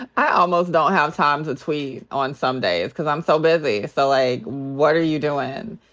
i almost don't have time to tweet on some days cause i'm so busy. so, like, what are you doin'?